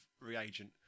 reagent